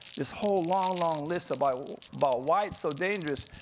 this whole long, long list about but why it's so dangerous.